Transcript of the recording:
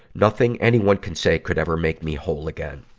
nothing anyone could say could ever make me whole again.